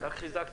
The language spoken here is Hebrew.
נחזור